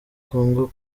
kongo